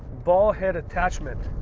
ball head attachment.